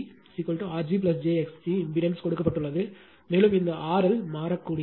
இது Zg R g j x g impedance கொடுக்கப்பட்டுள்ளது மேலும் இந்த RL மாறக்கூடியது